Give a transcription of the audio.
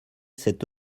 cette